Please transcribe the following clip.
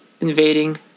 invading